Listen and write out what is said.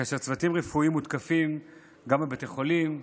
כאשר צוותים רפואיים מותקפים גם בבתי חולים,